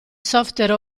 software